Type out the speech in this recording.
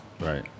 Right